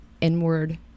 inward